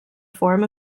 form